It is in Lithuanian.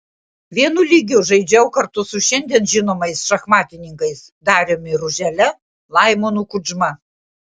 vienu lygiu žaidžiau kartu su šiandien žinomais šachmatininkais dariumi ružele laimonu kudžma